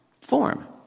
form